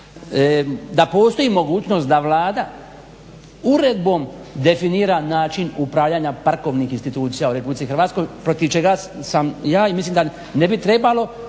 da postoji mogućnost da Vlada uredbom definira način upravljanja parkovnih institucija u RH protiv čega sam ja i mislim da ne bi trebalo